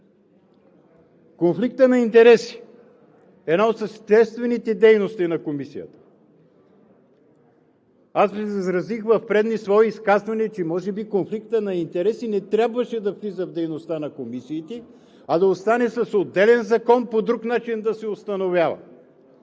Конфликтът на интереси – една от съществените дейности на Комисията. Възразих в предни свои изказвания, че може би конфликтът на интереси не трябваше да влиза в дейността на комисиите, а да остане с отделен закон, по друг начин да се установява,